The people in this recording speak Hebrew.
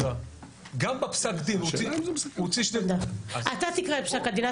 גם בפסק הדין הוא הוציא --- אתה תקרא את פסק הדין,